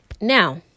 Now